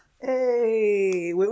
Hey